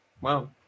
Wow